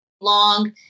long